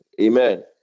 amen